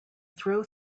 throw